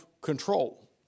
control